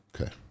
Okay